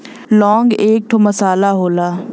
लौंग एक ठे मसाला होला